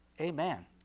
Amen